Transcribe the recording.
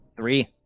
Three